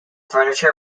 furniture